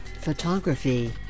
photography